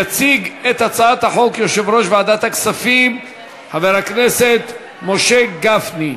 יציג את הצעת חוק יושב-ראש ועדת הכספים חבר הכנסת משה גפני.